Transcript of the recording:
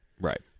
Right